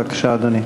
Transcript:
בבקשה, אדוני.